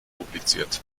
publiziert